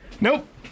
Nope